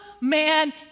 man